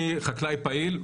אני חקלאי פעיל,